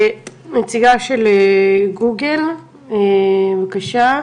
נציגת גוגל, בבקשה,